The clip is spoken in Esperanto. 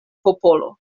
popolo